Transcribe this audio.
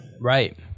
Right